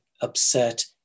upset